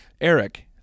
Eric